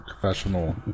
professional